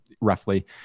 roughly